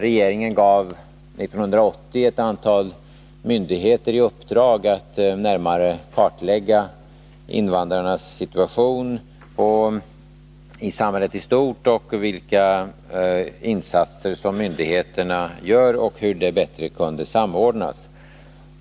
Regeringen gav 1980 ett antal myndigheter i uppdrag att närmare kartlägga invandrarnas situation i samhället i stort samt att kartlägga vilka insatser som myndigheterna gör och hur de bättre kunde samordnas.